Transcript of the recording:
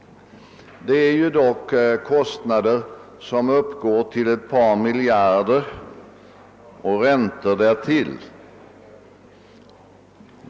Det rör sig ju ändå om kostnader som uppgår till ett par miljarder och räntor därtill.